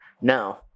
No